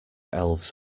elves